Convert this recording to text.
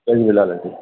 Jay Jhulelal aunty